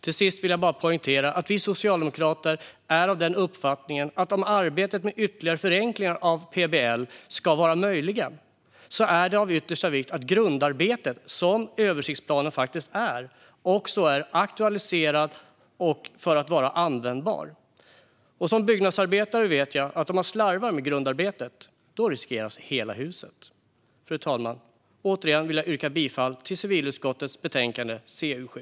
Till sist vill jag bara poängtera att vi socialdemokrater är av den uppfattningen att om arbetet med ytterligare förenklingar av PBL ska vara möjligt är det av yttersta vikt att grundarbetet, som översiktsplanen faktiskt är, också är aktualiserat för att vara användbart. Som byggnadsarbetare vet jag att om man slarvar med grundarbetet riskeras hela huset. Fru talman! Jag vill återigen yrka bifall till förslaget i civilutskottets betänkande CU7.